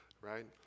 right